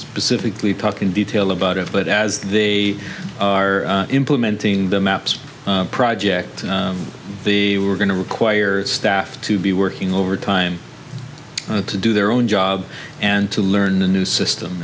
specifically talk in detail about it but as they are implementing the maps project the we're going to require staff to be working overtime to do their own job and to learn the new system